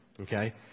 Okay